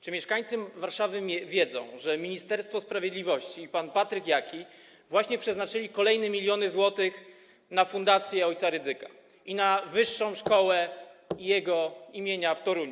Czy mieszkańcy Warszawy wiedzą, że Ministerstwo Sprawiedliwości i pan Patryk Jaki właśnie przeznaczyli kolejne miliony złotych na fundację ojca Rydzyka i na Szkołę Wyższą jego imienia w Toruniu?